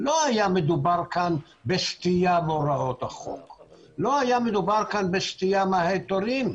לא היה מדובר כאן בסטייה מהוראות החוק או בסטייה מההיתרים,